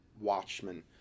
Watchmen